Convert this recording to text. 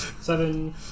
Seven